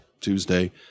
Tuesday